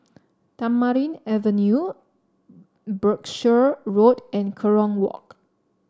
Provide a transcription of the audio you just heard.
Tamarind Avenue Berkshire Road and Kerong Walk